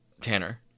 Tanner